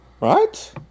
right